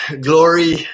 Glory